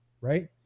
right